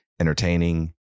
entertaining